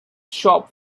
shop